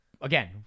Again